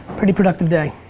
pretty productive day.